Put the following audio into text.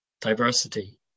diversity